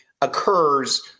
occurs